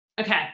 Okay